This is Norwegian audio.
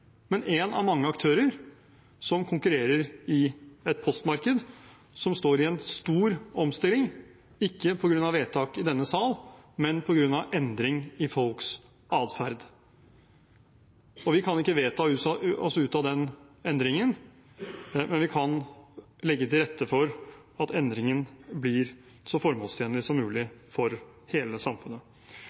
men en av mange aktører som konkurrerer i et postmarked som er i en stor omstilling, ikke på grunn av vedtak i denne sal, men på grunn av endring i folks adferd. Vi kan ikke vedta oss ut av den endringen, men vi kan legge til rette for at endringen blir så formålstjenlig som mulig for hele samfunnet